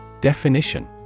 Definition